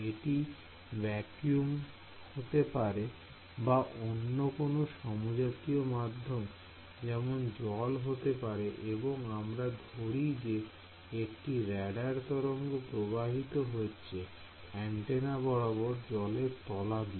এটি ভ্যাকুয়াম হতে পারে বা অন্য কোনো সমজাতীয় মাধ্যম যেমন জল হতে পারে এবং আমরা ধরি যে একটি রাডার তরঙ্গ প্রবাহিত হচ্ছে অ্যান্টেনা বরাবর জলের তলা দিয়ে